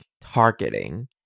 targeting